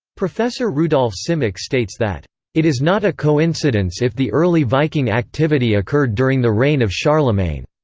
professor rudolf simek states that it is not a coincidence if the early viking activity occurred during the reign of charlemagne.